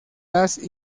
las